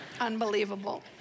unbelievable